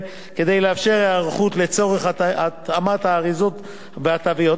כדי לאפשר היערכות לצורך התאמת האריזות והתוויות.